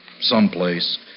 someplace